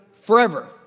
forever